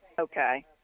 okay